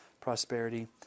prosperity